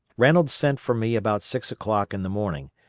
reynolds sent for me about six o'clock in the morning,